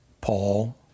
Paul